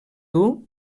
dur